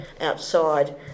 outside